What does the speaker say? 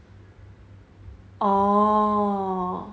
orh